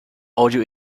audio